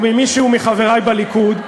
או ממישהו מחברי בליכוד,